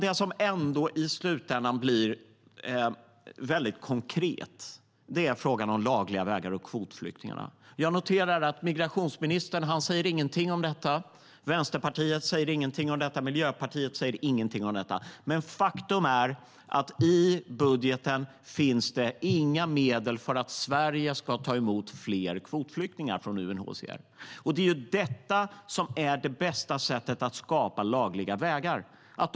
Det som i slutändan trots allt blir väldigt konkret är frågan om lagliga vägar och kvotflyktingarna. Jag noterar att migrationsministern säger ingenting om det, Vänsterpartiet säger ingenting om det, Miljöpartiet säger ingenting om det. Faktum är att i budgeten finns inga medel för att Sverige ska ta emot fler kvotflyktingar från UNHCR. Det är ju det bästa sättet att skapa lagliga vägar in i landet.